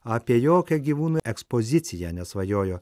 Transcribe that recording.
apie jokią gyvūnų ekspoziciją nesvajojo